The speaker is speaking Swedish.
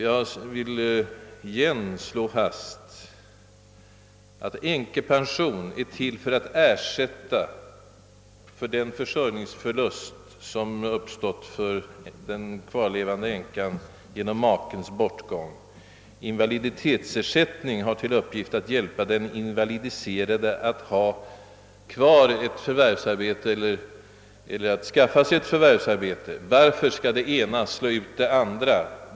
Jag vill återigen slå fast att änkepensionen är till för att ge ersättning för den - försörjningsförlust, "som uppstår för den kvarlevande änkan genom makens bortgång, medan invaliditetsersättningen har till uppgift att hjälpa den invalidiserade att ha kvar ett förvärvsarbete eller att skaffa sig ett sådant. Varför skall det ena som nu slå ut det andra?